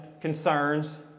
concerns